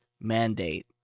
mandate